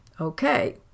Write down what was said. Okay